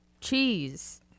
cheese